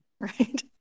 Right